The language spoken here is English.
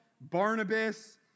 Barnabas